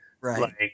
Right